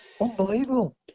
Unbelievable